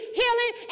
healing